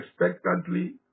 expectantly